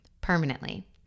permanently